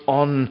on